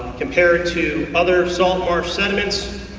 compared to other salt marsh sediments,